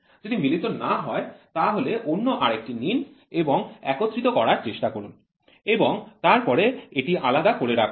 যদি মিলিত না হয় তাহলে অন্য আরেকটি নিন এবং একত্রিত করার চেষ্টা করুন এবং তারপরে এটি আলাদা করে রাখুন